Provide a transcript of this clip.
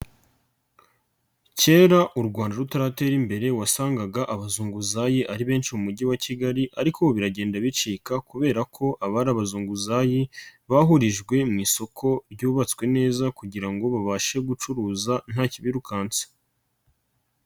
Kera u Rwanda rutaratera imbere, wasangaga abazunguzayi ari benshi mu mujyi wa Kigali ariko biragenda bicika kubera ko abari abazunguzayi, bahurijwe mu isoko ryubatswe neza kugira ngo babashe gucuruza ntakibirukansa.